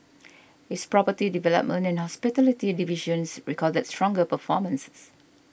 its property development and hospitality divisions recorded stronger performances